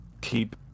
keep